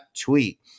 tweet